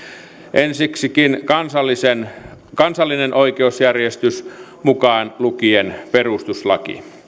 ensiksikin kansallinen kansallinen oikeusjärjestys mukaan lukien perustuslaki